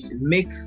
make